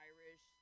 Irish